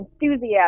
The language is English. enthusiasm